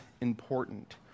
important